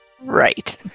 Right